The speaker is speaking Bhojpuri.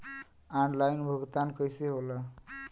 ऑनलाइन भुगतान कईसे होला?